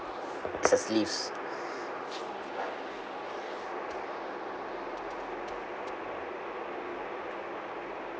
is a sleeves